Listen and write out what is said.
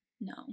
No